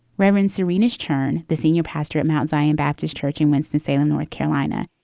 reverend serena's turn, the senior pastor at mount zion baptist church in winston-salem, north carolina.